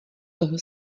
toho